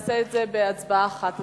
נעשה את זה בהצבעה אחת,